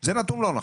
זה נתון לא נכון.